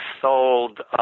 sold